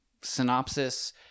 synopsis